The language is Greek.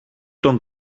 τον